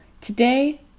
Today